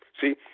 See